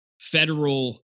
federal